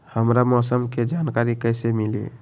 हमरा मौसम के जानकारी कैसी मिली?